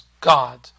God